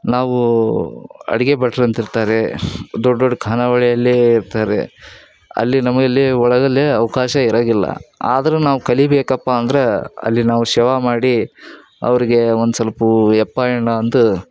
ನಾವು ಅಡುಗೆ ಭಟ್ರು ಅಂತಿರ್ತಾರೆ ದೊಡ್ಡ ದೊಡ್ಡ ಖಾನಾವಳಿಯಲ್ಲಿ ಇರ್ತಾರೆ ಅಲ್ಲಿ ನಮಗಲ್ಲಿ ಒಳಗಲ್ಲಿ ಅವಕಾಶ ಇರೋಗಿಲ್ಲ ಆದರೂ ನಾವು ಕಲಿಯಬೇಕಪ್ಪ ಅಂದ್ರೆ ಅಲ್ಲಿ ನಾವು ಸೇವಾ ಮಾಡಿ ಅವ್ರಿಗೆ ಒಂದು ಸಲ್ಪ ಎಪ್ಪಾ ಅಣ್ಣ ಅಂದು